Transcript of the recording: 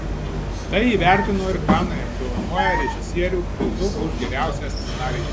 tai įvertino ir kanai apdovanoję režisierių prizu už geriausią scenarijų